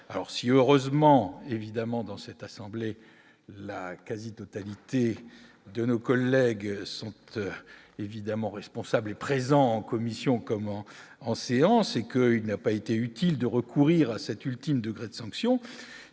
alors si heureusement évidemment dans cette assemblée, la quasi-totalité de nos collègues sont eux évidemment responsable est présent en commission, comment en séance et qu'il n'a pas été utile de recourir à cette ultime degré de sanctions,